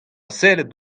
sellet